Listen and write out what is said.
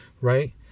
right